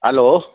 hello